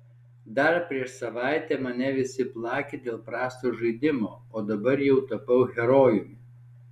dar prieš savaitę mane visi plakė dėl prasto žaidimo o dabar jau tapau herojumi